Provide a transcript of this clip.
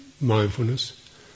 mindfulness